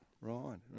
Right